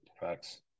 Facts